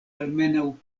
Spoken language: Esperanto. almenaŭ